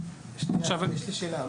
יש לי שאלה.